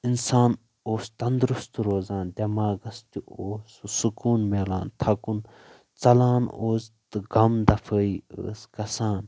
انسان اوس تندرُستہٕ روزان دیٚماغس تہِ اوس سکوٗن میلان تھکُن ژلان اوس تہٕ غم دافٲیی ٲس گژھان